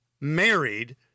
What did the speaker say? married